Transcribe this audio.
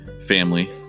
family